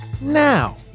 now